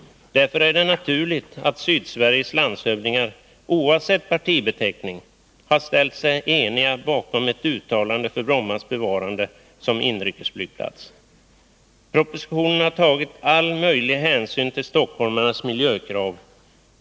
Därför är det naturligt att Sydsveriges landshövdingar, oavsett partibeteckning, har ställt sig eniga bakom ett uttalande för Brommas bevarande som inrikesflygplats. Propositionen har tagit all möjlig hänsyn till stockholmarnas miljökrav.